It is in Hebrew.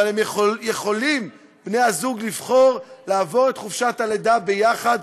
אבל יכולים בני-הזוג לבחור לעבור את חופשת הלידה ביחד